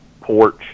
Porch